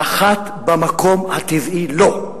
נחת במקום הטבעי לו.